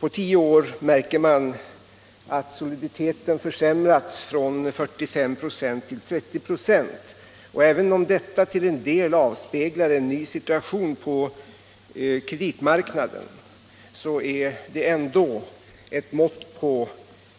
På tio år märker man att soliditeten har försämrats från 45 96 till 30 96. Även om detta till en del avspeglar en ny situation på kreditmarknaden är det ändå ett mått på